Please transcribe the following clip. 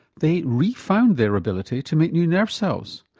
they re-found their ability to make new nerve cells.